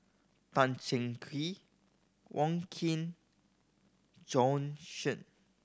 Tan Cheng Kee Wong Keen Bjorn Shen